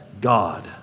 God